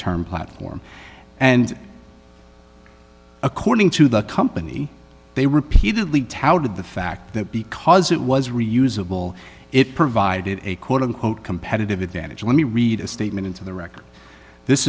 term platform and according to the company they repeatedly touted the fact that because it was reusable it provided a quote unquote competitive advantage let me read a statement into the record this